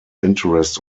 interest